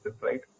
right